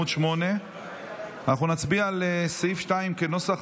אנחנו נצביע על סעיף 2 כנוסח